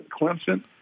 Clemson